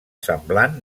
semblant